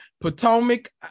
Potomac